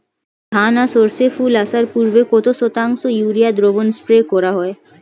ধান ও সর্ষে ফুল আসার পূর্বে কত শতাংশ ইউরিয়া দ্রবণ স্প্রে করা হয়?